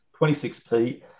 26P